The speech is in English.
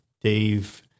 Dave